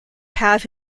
have